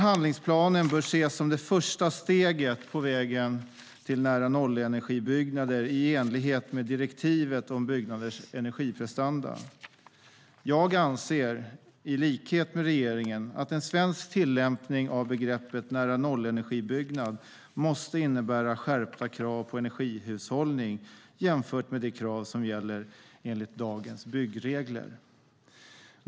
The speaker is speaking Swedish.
Handlingsplanen bör ses som det första steget på vägen till nära-nollenergibyggnader i enlighet med direktivet om byggnaders energiprestanda. Jag anser i likhet med regeringen att en svensk tillämpning av begreppet nära-nollenergibyggnad måste innebära skärpta krav på energihushållning jämfört med de krav som gäller enligt dagens byggregler.